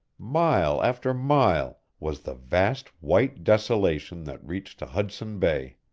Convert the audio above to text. mile after mile, was the vast white desolation that reached to hudson bay.